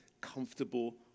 comfortable